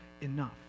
enough